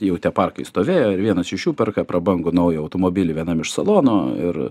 jau tie parkai stovėjo ir vienas iš jų perka prabangų naują automobilį vienam iš salono ir